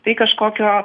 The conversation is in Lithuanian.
tai kažkokio